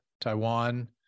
Taiwan